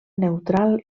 neutral